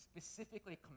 specifically